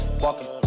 Walking